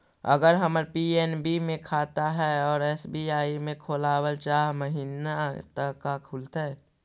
अगर हमर पी.एन.बी मे खाता है और एस.बी.आई में खोलाबल चाह महिना त का खुलतै?